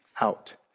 out